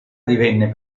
divenne